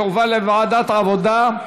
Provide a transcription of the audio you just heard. לוועדת העבודה,